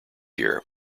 year